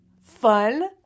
Fun